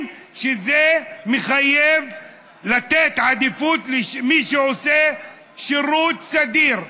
שזה מחייב לתת עדיפות למי שעושה שירות סדיר.